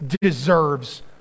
deserves